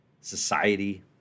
society